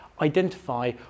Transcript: identify